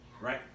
right